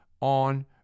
on